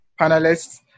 panelists